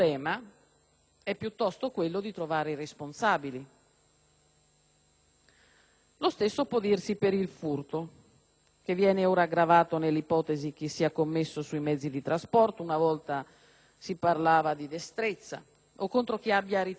Lo stesso può dirsi per il furto, che viene ora aggravato nell'ipotesi che sia commesso su mezzi di trasporto (una volta si parlava di destrezza) o contro chi abbia ritirato i soldi in banca oppure alla posta o al bancomat.